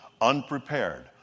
unprepared